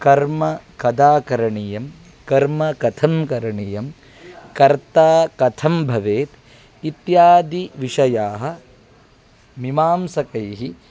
कर्म कदा करणीयं कर्म कथं करणीयं कर्ता कथं भवेत् इत्यादिविषयाः मीमांसकैः